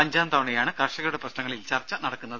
അഞ്ചാംതവണയാണ് കർഷകരുടെ പ്രശ്നങ്ങളിൽ ചർച്ച നടക്കുന്നത്